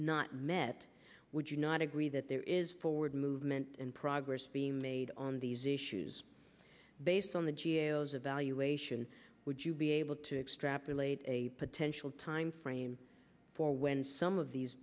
not met would you not agree that there is forward movement and progress being made on these issues based on the g a o as a valuation would you be able to extrapolate a potential timeframe for when some of these